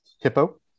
Hippo